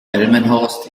delmenhorst